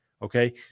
Okay